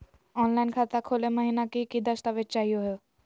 Online खाता खोलै महिना की की दस्तावेज चाहीयो हो?